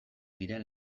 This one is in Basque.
diren